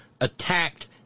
attacked